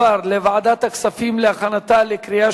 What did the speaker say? (שבח ורכישה) (תיקון מס'